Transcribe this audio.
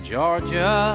Georgia